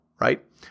right